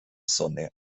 sonne